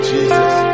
Jesus